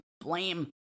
blame